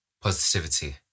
Positivity